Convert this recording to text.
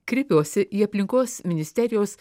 kreipiuosi į aplinkos ministerijos